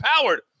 powered